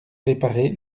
réparer